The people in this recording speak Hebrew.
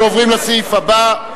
אנחנו עוברים לסעיף הבא,